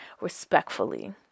respectfully